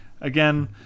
again